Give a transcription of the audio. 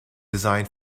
designed